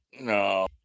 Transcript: No